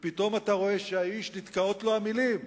ופתאום אתה רואה שהאיש, נתקעות לו המלים,